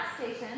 station